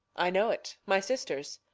i know't my sister's.